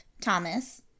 Thomas